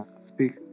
Speak